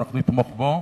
נתמוך בו,